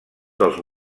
dels